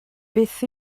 beth